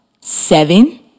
seven